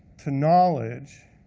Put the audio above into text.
to knowledge,